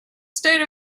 state